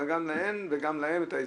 גם להן וגם להם, את ההזדמנויות.